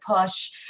push